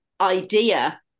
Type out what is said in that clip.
idea